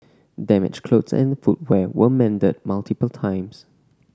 damaged clothes and footwear were mended multiple times